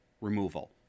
removal